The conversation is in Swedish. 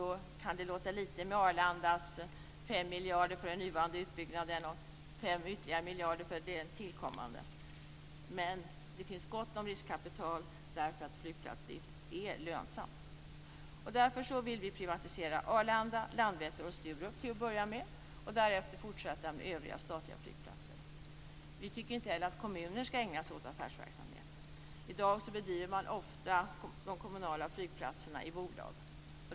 Då kan det låta lite med 5 miljarder för den nuvarande utbyggnaden av Arlanda flygplats och 5 ytterligare miljarder för den tillkommande. Men det finns gott om riskkapital, eftersom det är lönsamt med flygplatsdrift. Därför vill vi till en början privatisera flygplatserna vid Arlanda, Landvetter och Sturup. Därefter vill vi fortsätta med övriga statliga flygplatser. Vi tycker inte heller att kommuner ska ägna sig åt affärsverksamhet. I dag drivs ofta de kommunala flygplatserna som bolag.